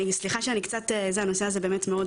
סליחה שאני קצת, הנושא הזה באמת מאוד בוער בי.